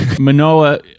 Manoa